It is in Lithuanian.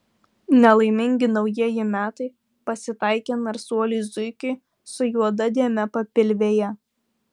nelaimingi naujieji metai pasitaikė narsuoliui zuikiui su juoda dėme papilvėje